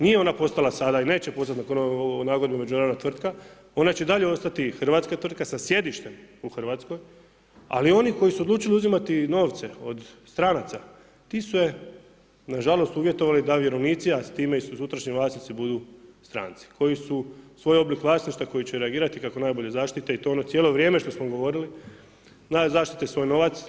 Nije ona postala sada i neće postati nakon nagodbe međunarodna tvrtka, ona će i dalje ostati hrvatska tvrtka sa sjedištem u Hrvatskoj. ali oni koji su odlučili uzimati novce od stranaca ti se nažalost uvjetovali da vjerovnici, a time i sutrašnji vlasnici budu stranci koji su svoj oblik vlasništva koji će reagirati kako najbolje zaštite i to je ono cijelo vrijeme što smo govorili, da zaštite svoj novac.